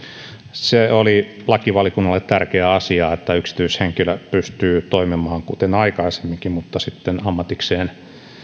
se oli lakivaliokunnalle tärkeä asia että yksityishenkilö pystyy toimimaan kuten aikaisemminkin mutta sitten ammatikseen